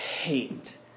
hate